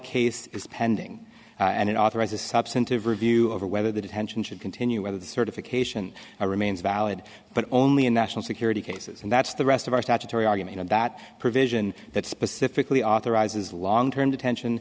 case is pending and it authorizes substantive review over whether the detention should continue whether the certification remains valid but only in national security cases and that's the rest of our statutory argument and that provision that specifically authorizes long term detention